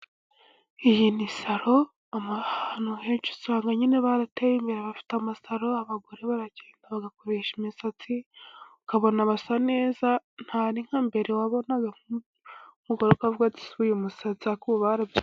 Iyi ni saro. Ahantu henshi usanga nyine barateye imbere bafite amasaro. Abagore baragenda bagakoresha imisatsi ukabona basa neza, ntabwo ari nka mbere wabonaga nk'umugoro ukavuga uti:"Ese uyu musatsi!" ariko ubu barabyoroheje.